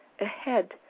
ahead